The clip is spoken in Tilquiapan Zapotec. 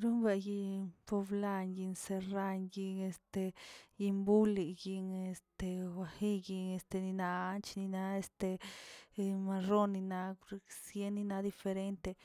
Rombayinꞌ pblan yinꞌ serran yinꞌ, este yin buli, este wajiyi, este nina nina este marroni nina sieni nina diferente,